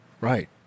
Right